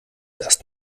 erst